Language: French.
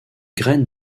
graine